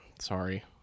sorry